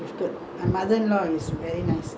I never stayed much with my father lah